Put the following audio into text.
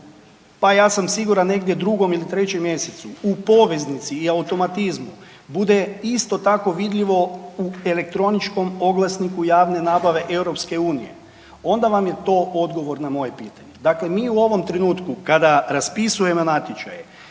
pa ja sam siguran negdje u 2. ili 3. mjesecu, u poveznici je automatizmom bude isto tako vidljivo u elektroničkom oglasniku javne nabave Europske unije, onda vam je to odgovor na moje pitanje. Dakle, mi u ovom trenutku kada raspisujemo natječaje,